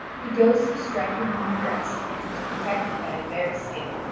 he goes to strike him on the breast, which was protected by a bear's skin,